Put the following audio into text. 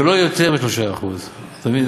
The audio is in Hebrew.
ולא יותר מ-3% אתה מבין,